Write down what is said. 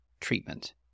treatment